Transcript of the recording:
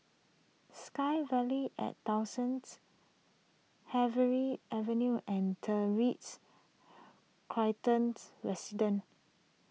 SkyVille at Dawson's Harvey Avenue and the Ritz Carlton's Resident